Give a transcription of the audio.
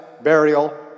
burial